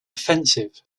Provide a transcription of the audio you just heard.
offensive